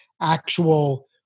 actual